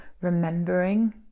remembering